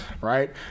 right